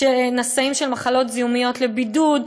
שהם נשאים של מחלות זיהומיות לבידוד.